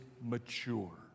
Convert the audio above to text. mature